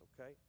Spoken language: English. Okay